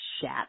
shat